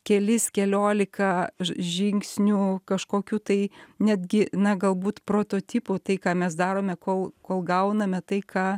kelis keliolika žingsnių kažkokių tai netgi na galbūt prototipų tai ką mes darome kol kol gauname tai ką